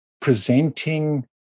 presenting